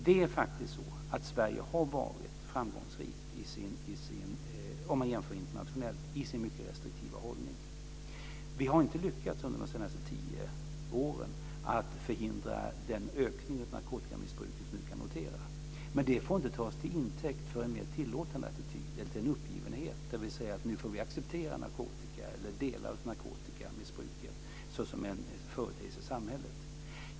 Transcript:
Det är faktiskt så att Sverige har varit framgångsrikt, om man jämför internationellt, i sin mycket restriktiva hållning. Vi har inte lyckats under de senaste tio åren att förhindra den ökning av narkotikamissbruket som vi nu kan notera. Men det får inte tas till intäkt för en mer tillåtande attityd eller till en uppgivenhet, dvs. att säga att vi nu får acceptera narkotika eller delar av narkotikamissbruket såsom en företeelse i samhället.